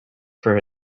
for